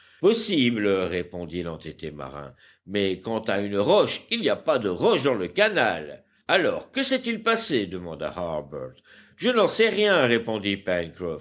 possible répondit l'entêté marin mais quant à une roche il n'y a pas de roche dans le canal alors que s'est-il passé demanda harbert je n'en sais rien répondit